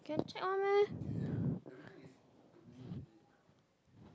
can check [one] meh